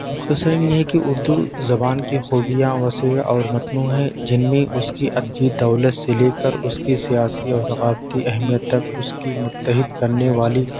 مختصراً یہ ہے کہ اردو زبان کے خوبیاں وسیع اور متنوع ہے جن میں اس کی ادبی دولت سے لے کر اس کے سیاسی اور ثقافتی اہمیت تک اس کی متحد کرنے والی